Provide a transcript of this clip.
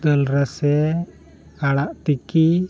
ᱫᱟᱹᱞ ᱨᱟᱥᱮ ᱟᱲᱟᱜ ᱛᱤᱠᱤ